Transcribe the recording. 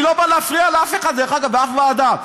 אני לא בא להפריע לאף אחד, דרך אגב, בשום ועדה.